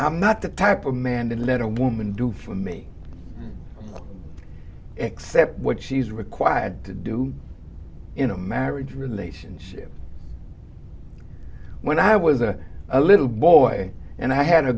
i'm not the type amanda let a woman do for me except what she's required to do in a marriage relationship when i was a a little boy and i had a